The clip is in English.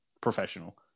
professional